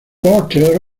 porter